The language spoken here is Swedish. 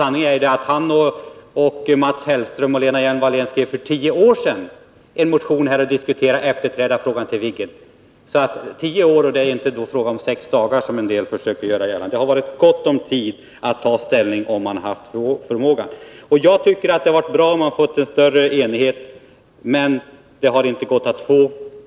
Sanningen är ju den att Åke Gustavsson, Mats Hellström och Lena Hjelm-Wallén för tio år sedan väckte en motion, där de tog upp just denna fråga. Man har alltså haft tio år på sig och inte sex dagar, som en del försöker göra gällande. Man har haft gott om tid på sig för att förbereda ett ställningstagande — men det gäller att också ha förmågan. Jag tycker att det hade varit bra med en större enighet, men en sådan har det inte gått att uppnå.